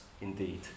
indeed